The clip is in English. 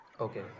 Okay